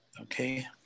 Okay